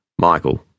Michael